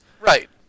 right